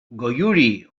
goiuri